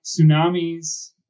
tsunamis